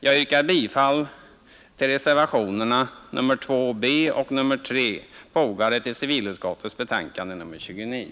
Jag yrkar bifall till reservationerna 2 b och 3, fogade till civilutskottets betänkande nr 29.